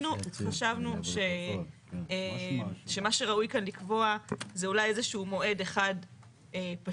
אנחנו חשבנו שמה שראוי כאן לקבוע זה אולי איזה שהוא מועד אחד פשוט.